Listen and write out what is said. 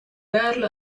girl